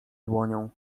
dłonią